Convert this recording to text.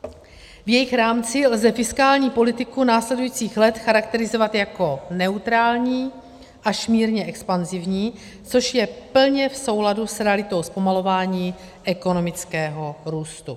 V jejich rámci lze fiskální politiku následujících let charakterizovat jako neutrální až mírně expanzivní, což je plně v souladu s realitou zpomalování ekonomického růstu.